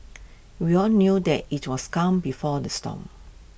we all knew that IT was calm before the storm